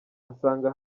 asanga